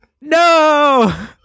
no